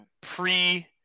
pre-